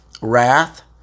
wrath